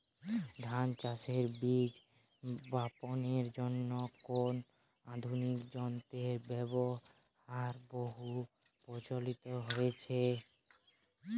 ধান চাষের বীজ বাপনের জন্য কোন আধুনিক যন্ত্রের ব্যাবহার বহু প্রচলিত হয়েছে?